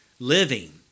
living